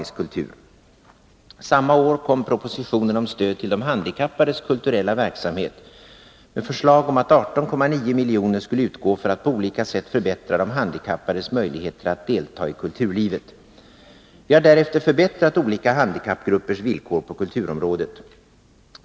Samma år kom propositionen om stöd till de handikappades kulturella verksamhet med förslag om att 18,9 milj.kr. skulle utgå för att på olika sätt förbättra de handikappades möjligheter att delta i kulturlivet. Vi har därefter förbättrat olika handikappgruppers villkor på kulturområdet.